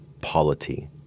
polity